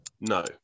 No